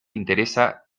interesa